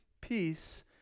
Peace